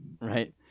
Right